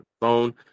phone